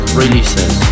releases